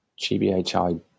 GBHI